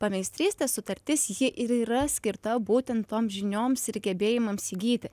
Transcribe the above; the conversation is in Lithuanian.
pameistrystės sutartis ji ir yra skirta būtent toms žinioms ir gebėjimams įgyti